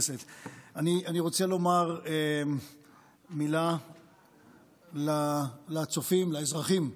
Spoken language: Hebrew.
רוצה לומר מילה לצופים, לאזרחים,